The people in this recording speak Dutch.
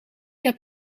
heb